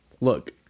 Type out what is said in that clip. look